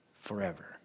forever